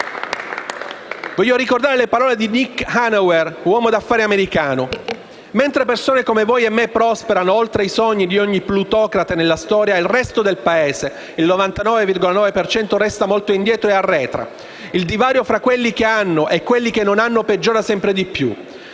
Voglio ricordare le parole di Nick Hanauer, uomo di affari americano: «Mentre persone come voi e me prosperano oltre i sogni di ogni plutocrate nella storia, il resto del Paese - il 99,9 per cento - resta molto indietro e arretra. Il divario fra quelli che hanno e quelli che non hanno peggiora sempre di più.